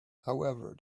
however